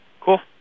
Cool